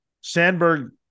Sandberg